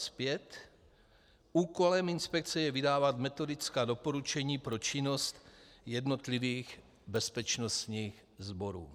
5: Úkolem inspekce je vydávat metodická doporučení pro činnost jednotlivých bezpečnostních sborů.